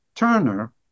Turner